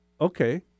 Okay